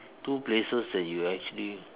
two places that you actually